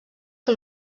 que